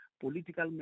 political